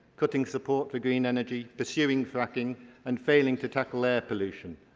cutting support for green energy, pursuing fracking and failing to tackle air pollution.